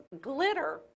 glitter